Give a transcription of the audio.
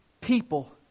people